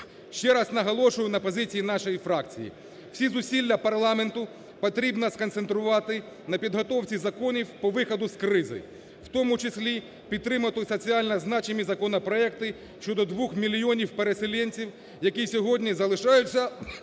Ще раз наголошую на позиції нашої фракції: всі зусилля парламенту повинно концентрувати на підготовці законів по виходу з кризи, в тому числі підтримати соціально значимі законопроекти щодо 2 мільйонів переселенців, які сьогодні залишаються